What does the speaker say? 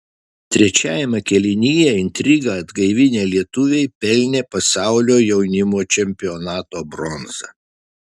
trečiajame kėlinyje intrigą atgaivinę lietuviai pelnė pasaulio jaunimo čempionato bronzą